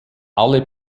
alle